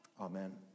Amen